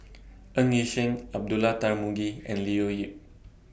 Ng Yi Sheng Abdullah Tarmugi and Leo Yip